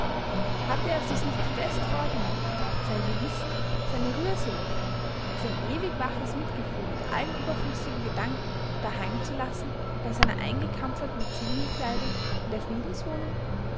hatte er sich's nicht fest vorgenommen sein gewissen seine rührseligkeit sein ewig waches mitgefühl mit allen überflüssigen gedanken daheim zu lassen bei seiner eingekampferten zivilkleidung in der